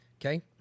Okay